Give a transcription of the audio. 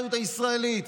לסולידריות הישראלית,